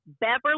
Beverly